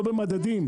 לא במדדים.